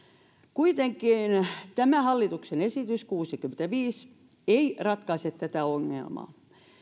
kuitenkaan tämä hallituksen esitys kuusikymmentäviisi ei ratkaise tätä ongelmaa